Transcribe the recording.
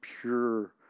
pure